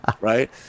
right